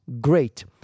Great